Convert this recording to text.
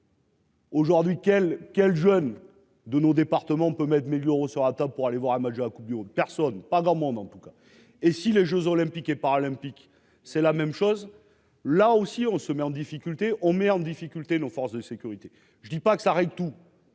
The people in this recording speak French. Aujourd'hui, quel, quel jeune de nos départements peu maître millions euros sur la table pour aller voir un match Coupe du haut personnes pendant monde en tout cas et si les Jeux olympiques et paralympiques. C'est la même chose, là aussi on se met en difficulté, on met en difficulté nos forces de sécurité. Je ne dis pas que ça règle tout.